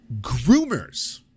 groomers